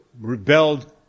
rebelled